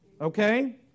okay